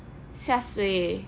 下 suay